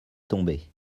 tombée